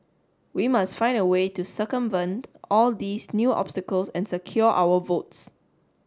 we must find a way to circumvent all these new obstacles and secure our votes